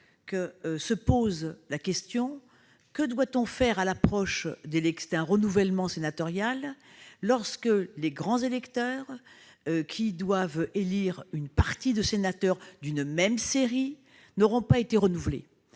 se pose la question suivante : que faire, à l'approche d'un renouvellement sénatorial, lorsque les grands électeurs devant élire une partie des sénateurs d'une série n'auront pas été renouvelés ?